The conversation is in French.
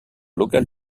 local